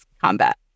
combat